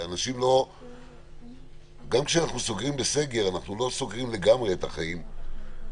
גם בסגר אנחנו לא סוגרים לגמרי את החיים.